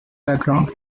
background